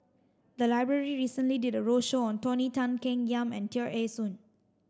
the library recently did a roadshow on Tony Tan Keng Yam and Tear Ee Soon